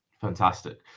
Fantastic